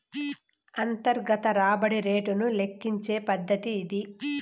అంతర్గత రాబడి రేటును లెక్కించే పద్దతి ఇది